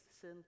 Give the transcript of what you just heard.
sin